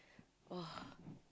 !wah!